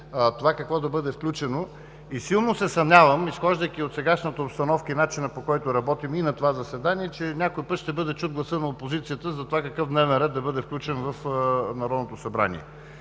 това какво да бъде включено и силно се съмнявам, изхождайки от сегашната обстановка и начина, по който работим и на това заседание, че някой път ще бъде чут гласът на опозицията за това какъв дневен ред да бъде включен в Народното събрание.